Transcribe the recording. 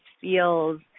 feels